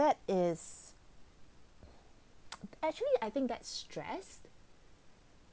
that is actually I think that stressed